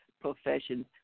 professions